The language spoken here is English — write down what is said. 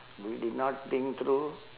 we did not think through